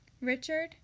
Richard